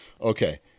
Okay